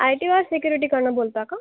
I T वास सिक्युरिटीकडून बोलता का